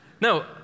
No